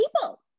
people